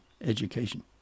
education